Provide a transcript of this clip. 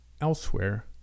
elsewhere